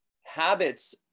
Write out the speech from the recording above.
habits